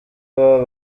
iwabo